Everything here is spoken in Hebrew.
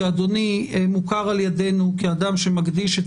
כי אדוני מוכר על ידינו כאדם שמקדיש את